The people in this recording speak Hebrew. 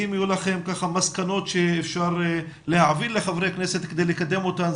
אם יהיו לכם מסקנות שאפשר להעביר לחברי הכנסת כדי לקדם אותן,